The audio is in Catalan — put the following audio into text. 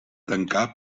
tancar